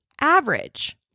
average